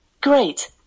Great